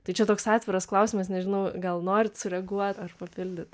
tai čia toks atviras klausimas nežinau gal norit sureaguot ar papildyt